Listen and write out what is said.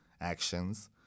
actions